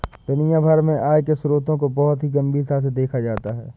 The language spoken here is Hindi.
दुनिया भर में आय के स्रोतों को बहुत ही गम्भीरता से देखा जाता है